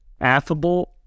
Affable